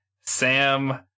sam